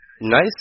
nice